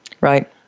Right